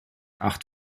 acht